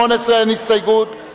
לסעיף 18 אין הסתייגות,